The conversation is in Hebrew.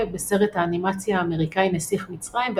בסרט האנימציה האמריקאי "נסיך מצרים",